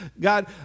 God